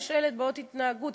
יש לילד בעיות התנהגות,